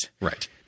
Right